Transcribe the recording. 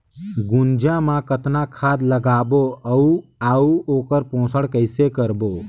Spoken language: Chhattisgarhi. गुनजा मा कतना खाद लगाबो अउ आऊ ओकर पोषण कइसे करबो?